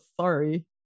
sorry